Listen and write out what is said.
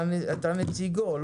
אתה נציגו.